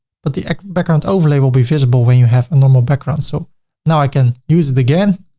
but the background overlay will be visible when you have a normal background. so now i can use it again